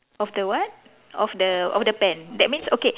of the what of the of the pen that means okay